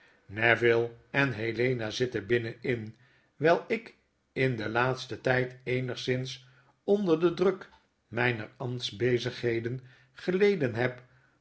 neville en helena zitten binnen in wyl ik in den laatsten tijdeenigszins onder den druk mijner ambtsbezigheden geleden heb